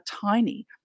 tiny